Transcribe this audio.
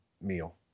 meal